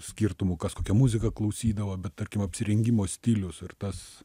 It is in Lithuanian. skirtumų kas kokią muziką klausydavo bet tarkim apsirengimo stilius ir tas